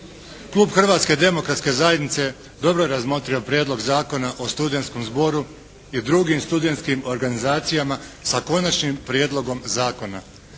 Klub Hrvatske demokratske zajednice dobro je razmotrio Prijedlog zakona o studentskom zboru i drugim studentskim organizacijama sa Konačnim prijedlogom zakona.